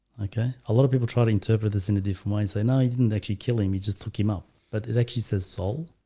okay. a lot of people try to interpret this in the d four mind. so now i didn't actually kill him he just took him out, but it actually says soul